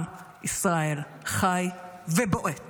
עם ישראל חי, ובועט